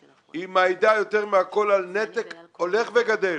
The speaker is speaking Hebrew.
היא מעידה יותר מכל על נתק הולך וגדל